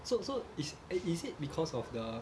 so so is is it because of the